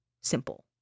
simple